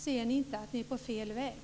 Ser ni inte att ni är på fel väg?